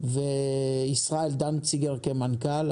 וישראל דנציגר כמנכ"ל,